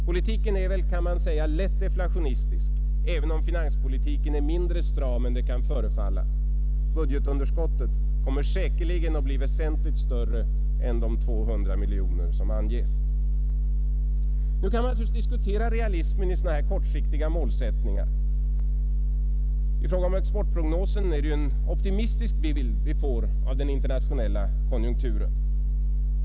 Politiken är, kan man säga, lätt deflationistisk, även om finanspolitiken är mindre stram än det kan förefalla. Budgetunderskottet kommer säkerligen att bli väsentligt större än de 200 miljoner som anges. Nu kan man naturligtvis diskutera realismen i sådana här kortsiktiga målsättningar. I fråga om exportprognosen är det en optimistisk bild vi får av den internationella konjunkturen.